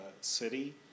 city